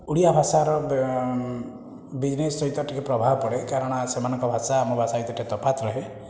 ଓଡ଼ିଆ ଭାଷାର ବିଜନେସ୍ ସହିତ ଟିକେ ପ୍ରଭାବ ପଡ଼େ କାରଣ ସେମାନଙ୍କ ଭାଷା ଆମ ଭାଷା ଭିତରେ ତଫାତ ରହେ